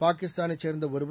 பாகிஸ்தாளைச் சேர்ந்த ஒருவர்